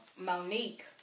Monique